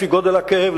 לפי גודל הכאב,